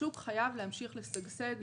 השוק חייב להמשיך לשגשג,